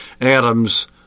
Adam's